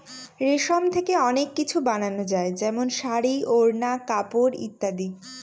রেশম থেকে অনেক কিছু বানানো যায় যেমন শাড়ী, ওড়না, কাপড় ইত্যাদি